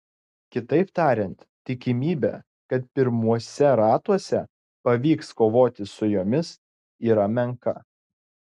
kitaip tariant tikimybė kad pirmuose ratuose pavyks kovoti su jomis yra menka